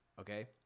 Okay